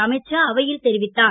அமித்ஷா அவையில் தெரிவித்தார்